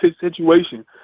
situation